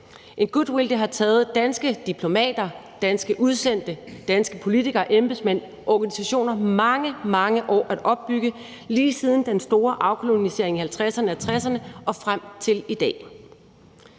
en goodwill, det har taget danske diplomater, danske udsendte, danske politikere, embedsmænd og organisationer mange, mange år at opbygge, lige siden den store afkolonisering i 1950'erne og 1960'erne og frem til i dag.